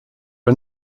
are